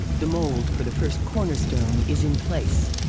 the mold for the first cornerstone is in place.